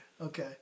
Okay